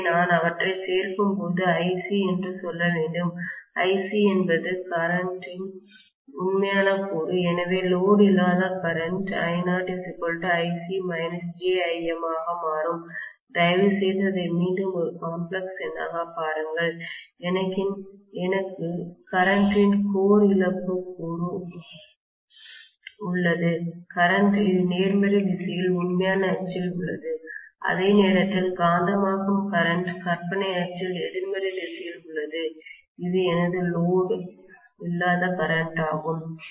எனவே நான் அவற்றைச் சேர்க்கும்போது IC என்று சொல்ல வேண்டும் IC என்பது கரண்ட் ன்மின்னோட்டத்தின் உண்மையான கூறு எனவே லோடுஇல்லாத கரண்ட் I0Ic jIm ஆக மாறும் தயவுசெய்து அதை மீண்டும் ஒரு காம்ப்ளக்ஸ் எண்ணாகப் பாருங்கள் எனக்கு கரண்ட் ன் கோர் இழப்பு கூறு உள்ளது கரண்ட் இது நேர்மறை திசையில் உண்மையான அச்சில் உள்ளது அதே நேரத்தில் காந்தமாக்கும் கரண்ட் கற்பனை அச்சில் எதிர்மறை திசையில் உள்ளது இது எனது லோடு இல்லாத கரண்ட் ஆகும்